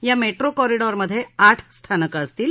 या metro corridor मध्ये आठ स्थानकं असतील